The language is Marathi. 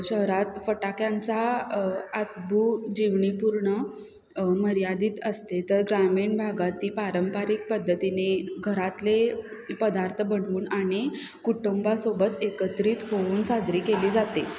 शहरात फटाक्यांचा आतभु जीवणीपूर्ण मर्यादित असते तर ग्रामीण भागातील पारंपरिक पद्धतीने घरातले पदार्थ बनवून आणि कुटुंबासोबत एकत्रित होऊन साजरी केली जाते